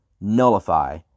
nullify